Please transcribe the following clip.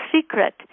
secret